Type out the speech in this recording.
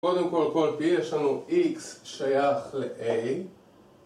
קודם כל כל פי יש לנו x שייך ל-a